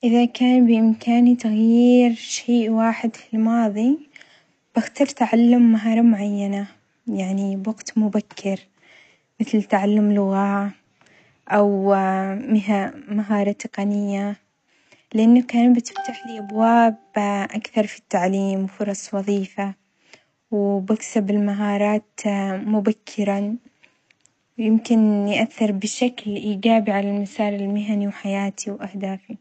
إذا كان بإمكاني تغيير شيء واحد في الماضي بختار تعلم مهارة معينة يعني بوقت مبكر، مثل تعلم لغة أو مها مهارة تقنية، لأن كانت تفتحلي أبواب أكثر في التعليم وفرص وظيفة وبكسب المهارات مبكرًا، يمكن يأثر بشكل إيجابي على المسار المهني وحياتي وأهدافي.